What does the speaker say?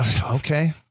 Okay